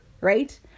right